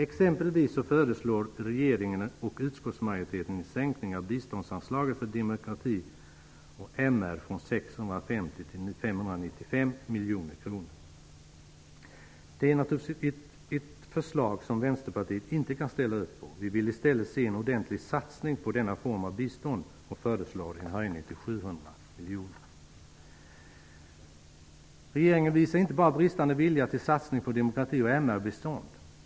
Exempelvis föreslår regeringen -- och utskottsmajoriteten -- en sänkning av biståndsanslaget för demokrati och mänskliga rättigheter från 650 till 595 miljoner kronor. Det är naturligtvis ett förslag som Vänsterpartiet inte kan ställa upp på. Vi vill i stället se en ordentlig satsning på denna form av bistånd och föreslår en höjning till 700 miljoner. Regeringen visar inte bara bristande vilja till satsning på demokrati och MR-bistånd.